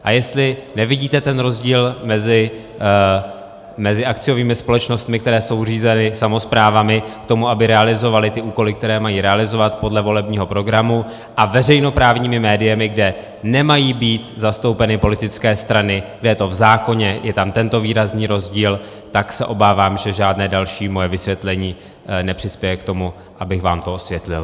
A jestli nevidíte ten rozdíl mezi akciovými společnostmi, které jsou zřízeny samosprávami k tomu, aby realizovaly ty úkoly, které mají realizovat podle volebního programu, a veřejnoprávními médii, kde nemají být zastoupeny politické strany, kde je to v zákoně, je tam tento výrazný rozdíl, tak se obávám, že žádné další moje vysvětlení nepřispěje k tomu, abych vám to osvětlil.